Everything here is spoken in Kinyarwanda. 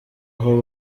aho